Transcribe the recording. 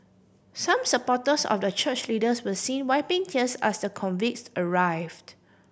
some supporters of the church leaders were seen wiping tears as the convicts arrived